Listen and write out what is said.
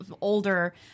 older